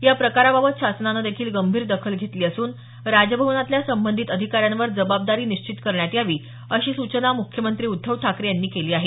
या प्रकाराबाबत शासनानं देखील गंभीर दखल घेतली असून राजभवनातल्या संबंधित अधिकाऱ्यांवर जबाबदारी निश्चित करण्यात यावी अशी सूचना मुख्यमंत्री उद्धव ठाकरे यांनी केली आहे